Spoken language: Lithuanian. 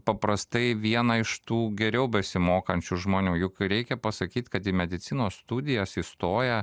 paprastai vieną iš tų geriau besimokančių žmonių juk reikia pasakyt kad į medicinos studijas įstoja